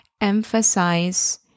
emphasize